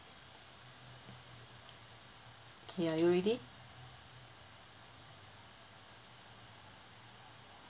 K are you ready